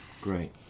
Great